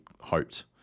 hoped